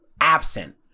absent